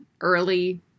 early